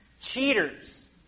Cheaters